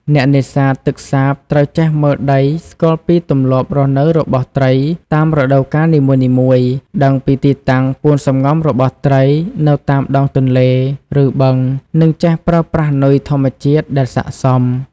អ្នកនេសាទទឹកសាបត្រូវចេះមើលដី ស្គាល់ពីទម្លាប់រស់នៅរបស់ត្រីតាមរដូវកាលនីមួយៗ ដឹងពីទីតាំងពួនសម្ងំរបស់ត្រីនៅតាមដងទន្លេ ឬបឹង និងចេះប្រើប្រាស់នុយធម្មជាតិដែលស័ក្តិសម។